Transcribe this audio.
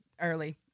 early